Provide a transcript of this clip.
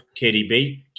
KDB